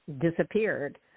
disappeared